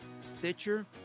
Stitcher